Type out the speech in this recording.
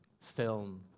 Film